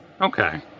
Okay